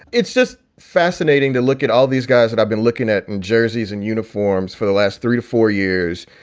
it's just fascinating to look at all these guys that i've been looking at and jerseys and uniforms for the last three to four years.